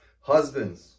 Husbands